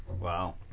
wow